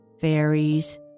fairies